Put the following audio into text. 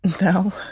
no